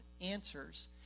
answers